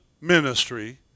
ministry